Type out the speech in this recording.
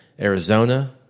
Arizona